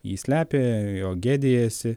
jį slepia jo gėdijasi